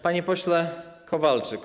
Panie Pośle Kowalczyk!